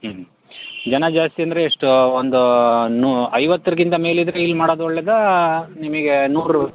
ಹ್ಞೂ ಜನ ಜಾಸ್ತಿ ಅಂದರೆ ಎಷ್ಟು ಒಂದು ನೂ ಐವತ್ತರಗಿಂತ ಮೇಲಿದ್ದರೆ ಇಲ್ಲಿ ಮಾಡೋದು ಒಳ್ಳೆದಾ ನಿಮಗೆ ನೂರು